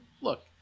look